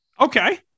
Okay